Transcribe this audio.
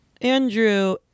Andrew